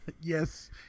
Yes